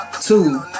two